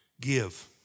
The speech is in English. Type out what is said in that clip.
Give